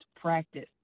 Practice